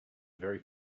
very